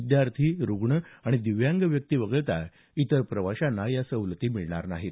विद्यार्थी रुग्ण आणि दिव्यांग व्यक्ती वगळता इतर प्रवाशांना या सवलती मिळणार नाहीत